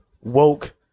woke